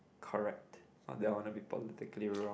correct not that I want to be politically wrong